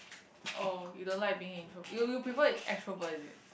oh you don't like being intro you you prefer extrovert is it